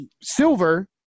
silver